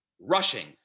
rushing